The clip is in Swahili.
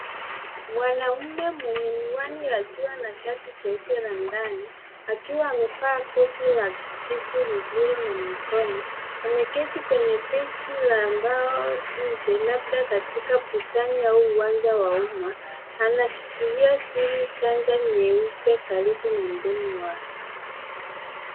Mwanaume mwenye miwani ya jua na shati jeupe la ndani akiwa amevaa koti la kijivu lisilo na mikono. Ameketi kwenye benchi la mbao nje labda katika bustani au uwanja wa umma. Anashikilia simu, chaja nyeupe karibu na mdomo wake.